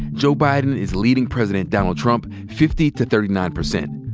joe biden is leading president donald trump fifty to thirty nine percent.